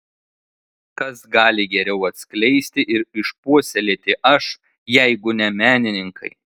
kas gali geriau atskleisti ir išpuoselėti aš jeigu ne menininkai